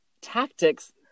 tactics